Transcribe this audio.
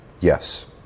Yes